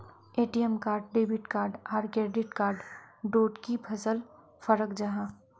ATM card debit card आर credit card डोट की फरक जाहा?